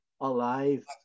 alive